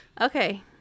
Okay